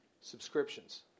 subscriptions